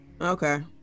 Okay